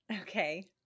Okay